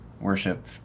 worship